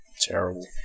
Terrible